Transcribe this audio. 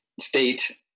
state